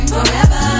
Forever